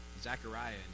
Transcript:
Zechariah